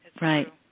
right